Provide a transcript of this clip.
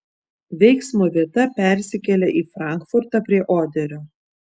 veiksmo vieta persikelia į frankfurtą prie oderio